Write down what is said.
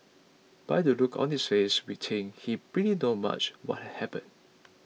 by the look on its face we think he pretty knows much what had happened